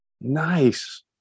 nice